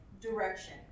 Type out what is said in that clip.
direction